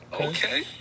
Okay